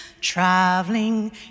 Traveling